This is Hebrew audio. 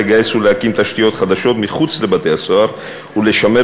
לגייס ולהקים תשתיות חדשות מחוץ לבתי-הסוהר ולשמר